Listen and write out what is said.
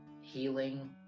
healing